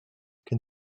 can